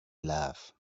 love